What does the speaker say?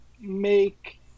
make